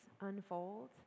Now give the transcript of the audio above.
unfold